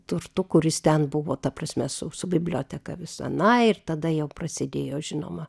turtu kuris ten buvo ta prasme su su biblioteka visa na ir tada jau prasidėjo žinoma